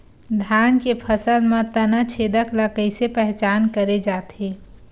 धान के फसल म तना छेदक ल कइसे पहचान करे जाथे?